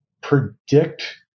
predict